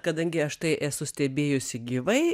kadangi aš tai esu stebėjusi gyvai